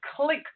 click